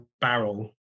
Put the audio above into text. barrel